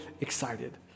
excited